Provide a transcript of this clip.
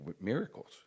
miracles